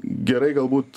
gerai galbūt